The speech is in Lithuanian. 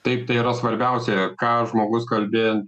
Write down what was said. taip tai yra svarbiausia ką žmogus kalbi ant